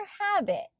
habit